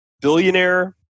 billionaire